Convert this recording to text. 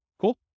Cool